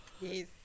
Yes